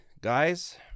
guys